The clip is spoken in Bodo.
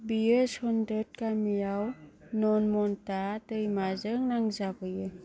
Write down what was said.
बियो चंदोद गामियाव नर्मदा दैमाजों नांजाबहैयो